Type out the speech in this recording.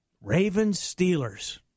Ravens-Steelers